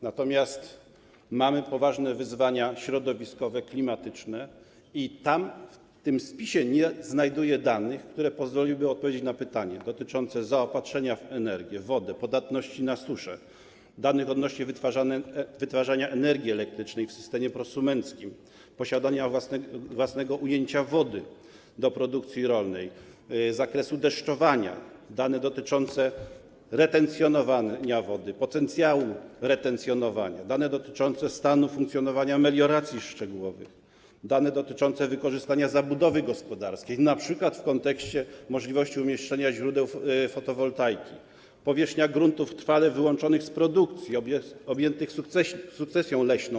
Natomiast mamy poważne wyzwania środowiskowe, klimatyczne i w tym spisie nie znajduję danych, które pozwoliłyby odpowiedzieć na pytania dotyczące zaopatrzenia w energię i wodę, podatności na suszę, danych odnośnie do wytwarzania energii elektrycznej w systemie prosumenckim, posiadania własnego ujęcia wody do produkcji rolnej, zakresu deszczowania, danych dotyczących retencjonowania wody, potencjału retencjonowania, danych dotyczących stanu funkcjonowania melioracji szczegółowych, danych dotyczących wykorzystania zabudowy gospodarskiej, np. w kontekście możliwości umieszczenia źródeł fotowoltaiki czy powierzchni gruntów trwale wyłączonych z produkcji, objętych sukcesją leśną.